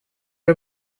det